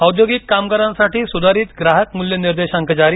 औद्योगिक कामगारांसाठी सुधारित ग्राहक मूल्यनिर्देशांक जारी